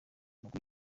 umugwi